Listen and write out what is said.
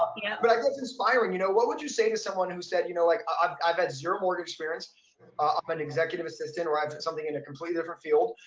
yeah but like it's inspiring! you know what would you say to someone who said, you know like i have zero mortgage experience, i'm an executive assistant where i have and something in a completely different field.